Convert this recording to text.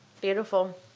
Beautiful